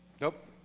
Nope